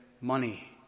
money